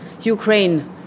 Ukraine